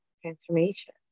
transformation